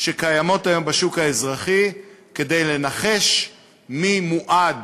שקיימות היום בשוק האזרחי כדי לנחש מי מועד